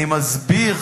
אני מסביר,